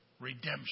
Redemption